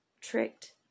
tricked